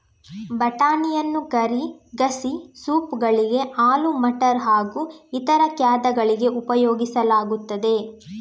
ಬಟಾಣಿಯನ್ನು ಕರಿ, ಗಸಿ, ಸೂಪ್ ಗಳಿಗೆ, ಆಲೂ ಮಟರ್ ಹಾಗೂ ಇತರ ಖಾದ್ಯಗಳಲ್ಲಿ ಉಪಯೋಗಿಸಲಾಗುತ್ತದೆ